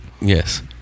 Yes